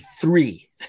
three